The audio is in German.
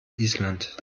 island